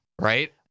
right